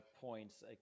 points